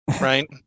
right